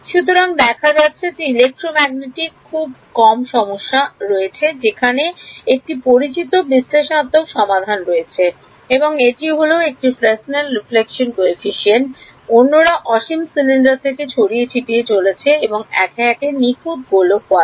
সুতরাং দেখা যাচ্ছে যে ইলেক্ট্রোম্যাগনেটিকের খুব কম সমস্যা রয়েছে যেখানে একটি পরিচিত বিশ্লেষণাত্মক সমাধান রয়েছে এবং একটি হ'ল এটি ফ্রেসেল প্রতিবিম্ব সহগ অন্যরা অসীম সিলিন্ডার থেকে ছড়িয়ে ছিটিয়ে চলেছে এবং একে একে নিখুঁত গোলক বলা হয়